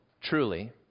truly